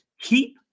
keep